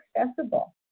accessible